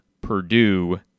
Purdue